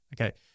Okay